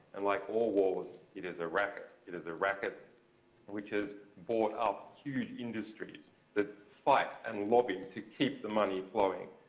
and like all wars, it is a racket. it is a racket which has brought up huge industries the fight and lobby to keep the money flowing.